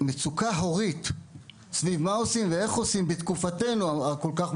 משפחת חרמש, קודם כל אני